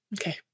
okay